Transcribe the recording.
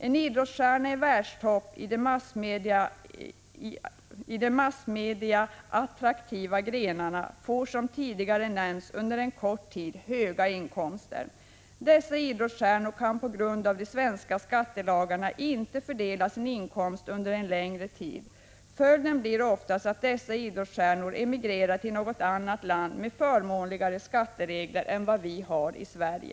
En idrottsstjärna i världstoppen i de massmedieattraktiva grenarna får, som tidigare nämnts, under en kort tid höga inkomster. Dessa idrottsstjärnor kan på grund av de svenska skattelagarna inte fördela sin inkomst under en längre tid. Följden blir oftast att dessa idrottsstjärnor emigrerar till något — Prot. 1985/86:127 annat land med förmånligare skatteregler än vad vi har i Sverige.